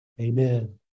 Amen